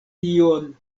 tion